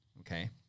Okay